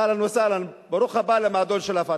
אהלן וסהלן, ברוך הבא למועדון של ה"פתח".